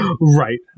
Right